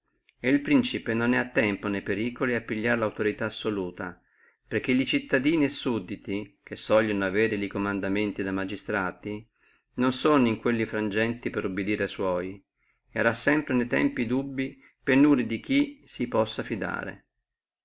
el principe non è a tempo ne periculi a pigliare lautorità assoluta perché li cittadini e sudditi che sogliono avere e comandamenti da magistrati non sono in quelli frangenti per obedire a sua et arà sempre ne tempi dubii penuria di chi si possa fidare